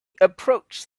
approached